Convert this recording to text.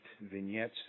vignettes